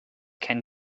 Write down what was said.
can